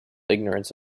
ignorance